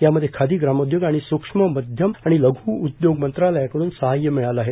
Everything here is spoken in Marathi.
यासाठी खादी ग्रामोद्योग आणि स्क्ष्म मध्यमआणि लघ् उद्योग मंत्रालयाकडून साहाय्य मिळाले आहे